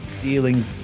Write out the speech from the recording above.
dealing